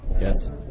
yes